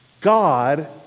God